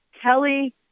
Kelly